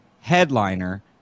headliner